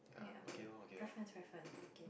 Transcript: ya up to you preference preference okay